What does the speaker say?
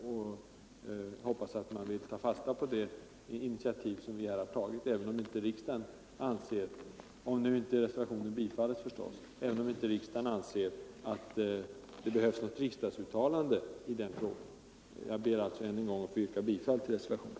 Jag hoppas att man vill ta fasta på det initiativ som vi här har tagit även om inte riksdagen anser — om nu inte reservationen bifalles — att det behövs ett riksdagsuttalande i den frågan. Herr talman! Jag ber alltså att än en gång få yrka bifall till reservationen.